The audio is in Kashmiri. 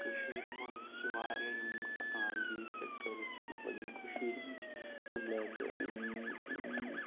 کٔشیٖرِ منٛز چھِ واریاہ یِم ٹؠکنالجیٖز سؠکٹٲرٕز چھِ مَطلب یِم کٔشیٖر ہِنٛدۍ چھِ مطلب یِم